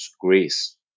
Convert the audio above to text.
Greece